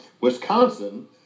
Wisconsin